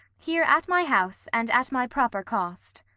here at my house, and at my proper cost.